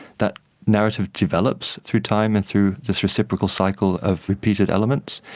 that narrative develops through time and through this reciprocal cycle of repeated elements,